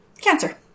cancer